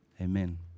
Amen